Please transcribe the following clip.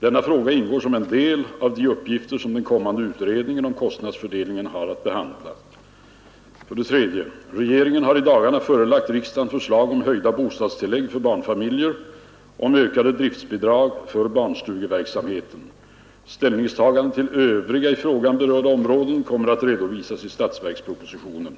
Denna fråga ingår som en del av de uppgifter som den kommande utredningen om kostnads fördelningen har att behandla. 3. Regeringen har i dagarna förelagt riksdagen förslag om höjda bostadstillägg för barnfamiljer och om ökade driftbidrag för barnstugeverksamheten. Ställningstaganden till övriga i frågan berörda områden kommer att redovisas i statsverkspropositionen.